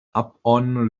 upon